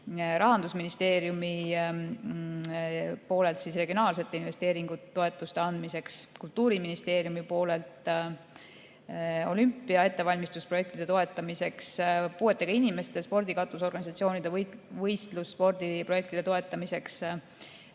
Rahandusministeeriumi poolelt regionaalsete investeeringute toetuste andmiseks, Kultuuriministeeriumi poolelt olümpiaks ettevalmistamise projektide toetamiseks, puuetega inimeste spordikatusorganisatsioonide võistlusspordi projektide toetamiseks,